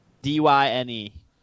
D-Y-N-E